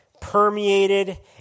permeated